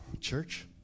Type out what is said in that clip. Church